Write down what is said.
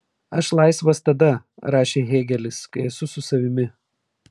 aš laisvas tada rašė hėgelis kai esu su savimi